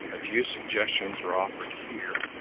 a few suggestions are offered here,